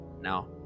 now